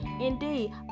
indeed